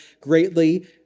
greatly